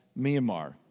Myanmar